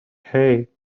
hey